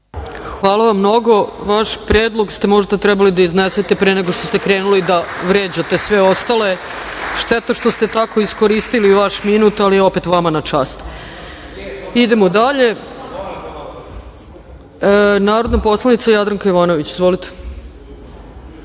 Hvala vam mnogo. Vaš predlog ste možda trebali da iznesete pre nego što ste krenuli da vređate sve ostale, šteta što ste tako iskoristili vaš minut, ali opet vama na čast. Idemo dalje. Narodna poslanica Jadranka Jovanović, izvolite.